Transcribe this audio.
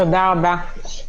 תודה רבה.